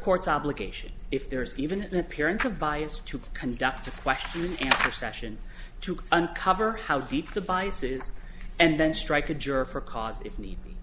courts obligation if there is even an appearance of bias to conduct a question or session to uncover how deep the biases and then strike a juror for cause if need be